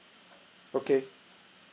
okay